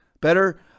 better